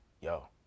Yo